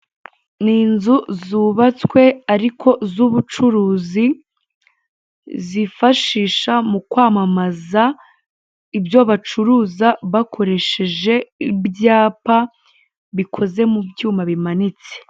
Inzu zubatswe ariko z'ubucuruzi, zifashisha mu kwamamaza ibyo bacuruza bakoresheje ibyapa bikoze mu byuma bimanitse.